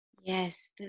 yes